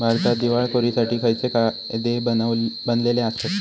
भारतात दिवाळखोरीसाठी खयचे कायदे बनलले आसत?